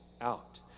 out